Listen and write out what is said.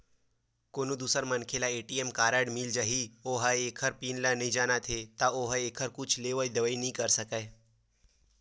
कोनो दूसर मनखे ल ए.टी.एम कारड मिल जाही अउ ओ ह ओखर पिन ल नइ जानत हे त ओ ह एखर ले कुछु लेवइ देवइ नइ कर सकय